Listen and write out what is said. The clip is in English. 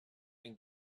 been